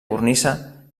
cornisa